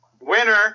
Winner